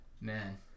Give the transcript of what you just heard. Man